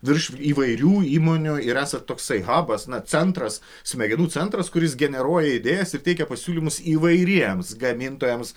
virš įvairių įmonių ir esat toksai habas na centras smegenų centras kuris generuoja idėjas ir teikia pasiūlymus įvairiems gamintojams